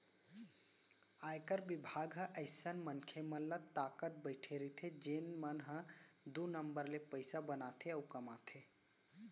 आयकर बिभाग ह अइसन मनसे मन ल ताकत बइठे रइथे जेन मन ह दू नंबर ले पइसा बनाथे अउ कमाथे